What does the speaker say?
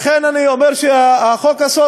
לכן אני אומר שהחוק הזה,